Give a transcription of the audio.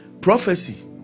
Prophecy